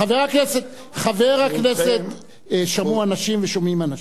חבר הכנסת, שמעו אנשים ושומעים אנשים.